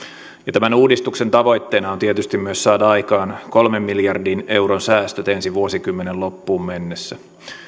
tämän uudistuksen tavoitteena on tietysti myös saada aikaan kolmen miljardin euron säästöt ensi vuosikymmenen loppuun mennessä